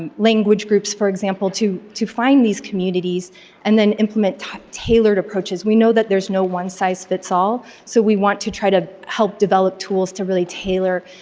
and language groups for example to to find these communities and then implement tailored approaches. we know that there's no one size fits all, so we want to try to help develop tools to really tailor.